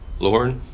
Lord